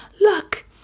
Look